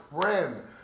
friend